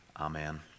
Amen